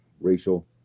racial